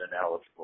ineligible